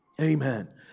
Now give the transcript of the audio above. Amen